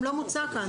זה גם לא מוצע כאן.